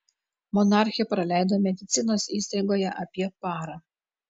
monarchė praleido medicinos įstaigoje apie parą